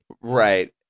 Right